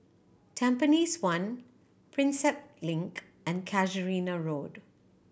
Tampines One Prinsep Link and Casuarina Road